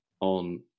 on